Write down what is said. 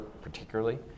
particularly